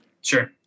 Sure